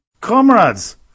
Comrades